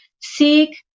seek